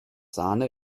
sahne